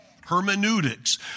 hermeneutics